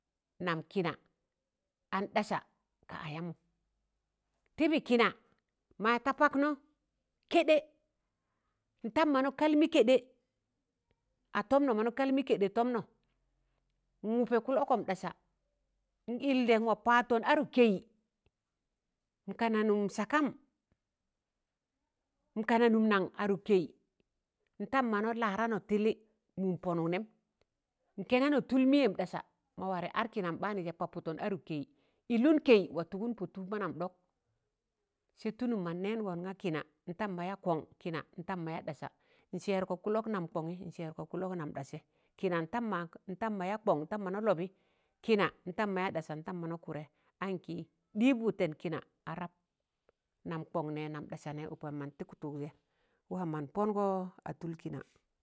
nam ki̱na an ɗasa ka ayamụm tịbị kịna maya ta paknọ kẹɗẹ ntam mọna kalmị kẹɗẹ atọmnọ mọna kalmị kẹɗẹ tọmnọ nwụpẹ kụlọkọm ɗasa n yịldẹ n wa pattọn adụk kẹị n kana nụm sakam n kana nụm nan adụk kẹị ntam mana Laranọ tịlị mụụm pọnụk nẹm n kẹnanọ tụl mịyẹm ḍasa ma warẹ ad kịnam baanụjẹ papụttọn adụk kẹị ịLụn kẹị wa tụgụn pọ tụụb manam dọk sẹ tụlụm mọn nẹẹngọn nga kịna ntam mọya kọn ntam mọya ɗasa nsẹẹrgọ kụl- ọk nam kọṇị nsẹẹrgọ kụl- ọk nam ḍasị kịna ntam ma ntam maya kọn ntam mọna Lọbị kịna ntam mọya ɗasa ntam mọna kụdẹ ankị ɗịịb wụtẹn kịna arab nan kọṇ nẹ nan ɗasa nẹ ụkam man tịkụ tụkjẹ a waam man pọngọọ a tụl kịna.